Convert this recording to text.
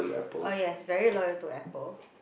oh yes he is very loyal to Apple